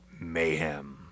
mayhem